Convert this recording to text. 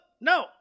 no